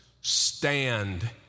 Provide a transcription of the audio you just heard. stand